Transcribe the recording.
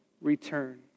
return